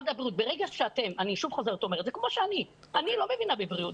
אני הכי לא מבינה בבריאות,